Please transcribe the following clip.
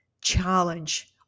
challenge